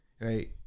right